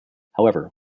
however